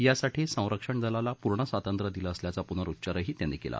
यासाठी संरक्षणदलाला पूर्ण स्वातंत्र्य दिल असल्याचा पुनरुच्चारही त्यांनी केला